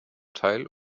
teil